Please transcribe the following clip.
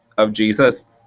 of jesus.